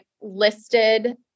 listed